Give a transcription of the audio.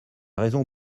raison